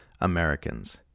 Americans